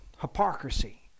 hypocrisy